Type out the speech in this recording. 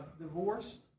divorced